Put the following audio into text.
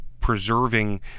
preserving